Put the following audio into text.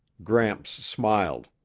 gramps smiled.